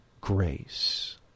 grace